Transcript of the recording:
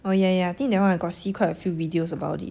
oh yeah yeah yeah I think that one I got see quite a few videos about it